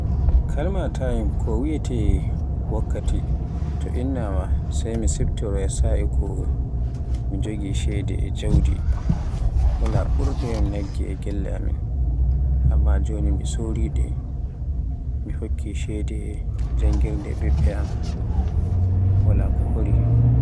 Kalma time ko wiyeete "wakkati" to innama e mi siftoro ya sa'i ki mi jogi ceede e jawdi. Wala ɓurudo yam jawdi e gelle amin, Amma joni mi soriɗe mi hokki ceede janngirde ɓiɓɓe am, wala ko hori.